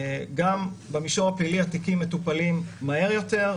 גם במישור הפלילי התיקים מטופלים מהר יותר,